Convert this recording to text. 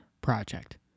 project